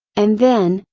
and then,